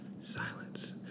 Silence